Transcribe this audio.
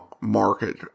market